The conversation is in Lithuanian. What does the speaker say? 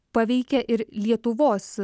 paveikia ir lietuvos